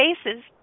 spaces